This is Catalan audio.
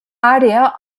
àrea